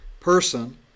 person